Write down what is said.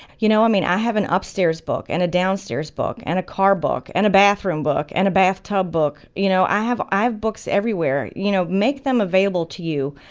you know i mean, i have an upstairs book and a downstairs book and a car book and a bathroom book and a bathtub book, you know. i have i have books everywhere, you know. make them available to you,